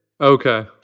okay